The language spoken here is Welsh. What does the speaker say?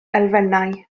elfennau